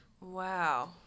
Wow